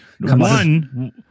One